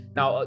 Now